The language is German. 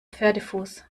pferdefuß